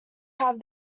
have